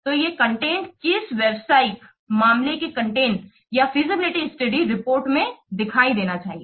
तो ये कंटेंट किसी व्यावसायिक मामले के कंटेंट या फीजिबिलिटी स्टडी रिपोर्ट में दिखाई देना चाहिए